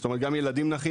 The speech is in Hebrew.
זאת אומרת גם ילדים נכים,